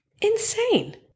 Insane